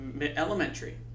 elementary